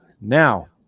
Now